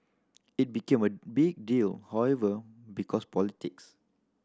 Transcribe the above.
it became a big deal however because politics